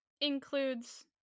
Includes